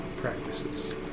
practices